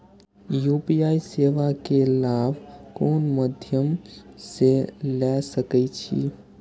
UPI सेवा के लाभ कोन मध्यम से ले सके छी?